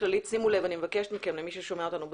שימו לב, אני מבקשת ממי ששומע אותנו בזום,